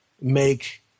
make